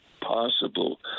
possible